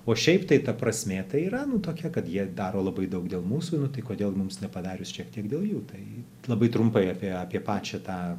o šiaip tai ta prasmė tai yra nu tokia kad jie daro labai daug dėl mūsųnu tai kodėl mums nepadarius šiek tiek dėl jų tai labai trumpai apie apie pačią tą